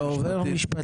זה עובר משפטית?